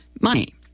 money